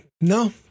no